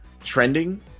trending